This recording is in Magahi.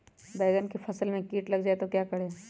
बैंगन की फसल में कीट लग जाए तो क्या करें?